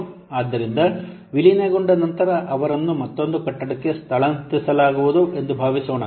ಆದ್ದರಿಂದ ವಿಲೀನಗೊಂಡ ನಂತರ ಅವರನ್ನು ಮತ್ತೊಂದು ಕಟ್ಟಡಕ್ಕೆ ಸ್ಥಳಾಂತರಿಸಲಾಗುವುದು ಎಂದು ಭಾವಿಸೋಣ